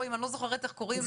אני לא זוכרת איך קוראים לו.